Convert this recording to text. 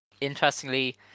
Interestingly